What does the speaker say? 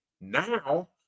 Now